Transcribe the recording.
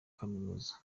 kaminuza